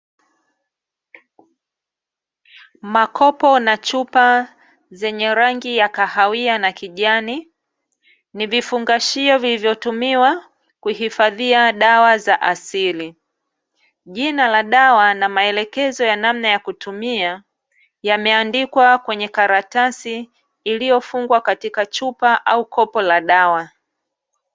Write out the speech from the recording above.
Makopo na chupa zenye rangi ya kahawia na kijani, ni vifungashio vilivyotumiwa kuhifadhia dawa za asili. Jina la dawa na maelekezo ya namna ya kutumia yameandikwa kwenye karatasi iliyo fungwa katika chupa au kopo la dawa.